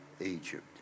Egypt